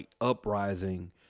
uprising